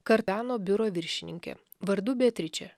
kartano biuro viršininkė vardu beatričė